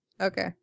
Okay